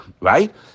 right